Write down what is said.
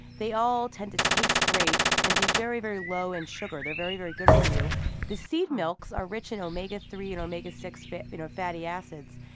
they all tend to taste great and be very, very low in sugar. they're very, very good for you the seed milks are rich in omega three and omega six you know fatty acids.